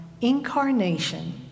incarnation